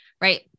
right